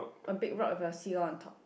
a big rock with a seagull on top